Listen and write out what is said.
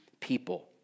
people